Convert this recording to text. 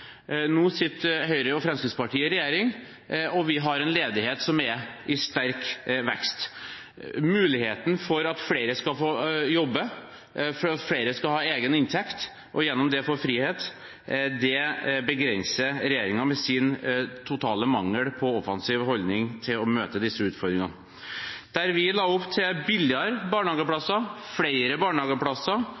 Nå sitter Høyre og Fremskrittspartiet i regjering, og vi har en ledighet som er i sterk vekst. Muligheten for at flere skal få jobbe, for at flere skal ha egen inntekt og gjennom det få frihet, begrenser regjeringen med sin totale mangel på offensiv holdning til å møte disse utfordringene. Der vi la opp til billigere barnehageplasser, flere barnehageplasser